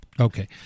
Okay